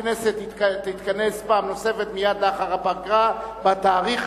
הכנסת תתכנס פעם נוספת מייד לאחר הפגרה בתאריך